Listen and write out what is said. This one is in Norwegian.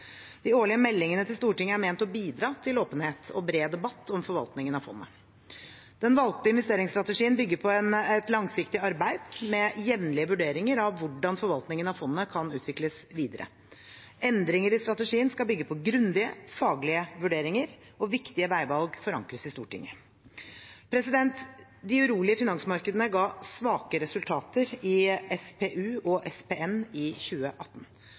De årlige meldingene til Stortinget er ment å bidra til åpenhet og bred debatt om forvaltningen av fondet. Den valgte investeringsstrategien bygger på et langsiktig arbeid, med jevnlige vurderinger av hvordan forvaltningen av fondet kan utvikles videre. Endringer i strategien skal bygge på grundige, faglige vurderinger. Viktige veivalg forankres i Stortinget. De urolige finansmarkedene ga svake resultater i SPU, Statens pensjonsfond utland, og SPN, Statens pensjonsfond Norge, i 2018.